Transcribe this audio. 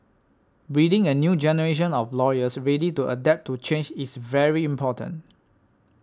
breeding a new generation of lawyers ready to adapt to change is very important